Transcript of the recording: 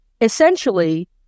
essentially